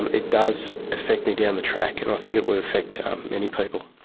and it does affect me down the track and i think it would affect many people.